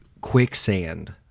quicksand